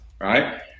right